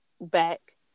back